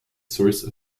source